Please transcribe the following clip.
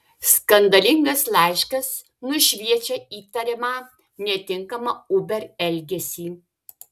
skandalingas laiškas nušviečia įtariamą netinkamą uber elgesį